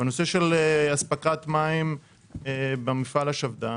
בנושא של אספקת מים במפעל השפד"ן,